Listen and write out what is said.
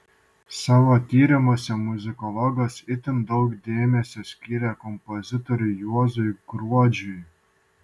savo tyrimuose muzikologas itin daug dėmesio skyrė ir kompozitoriui juozui gruodžiui